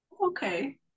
Okay